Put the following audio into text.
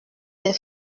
des